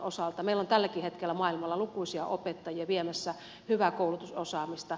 meillä on tälläkin hetkellä maailmalla lukuisia opettajia viemässä hyvää koulutusosaamista